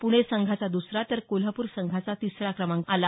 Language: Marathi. प्रणे संघाचा दुसरा तर कोल्हापूर संघाचा तिसरा क्रमांक आला